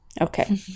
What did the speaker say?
okay